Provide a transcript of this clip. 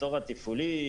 התור התפעולי,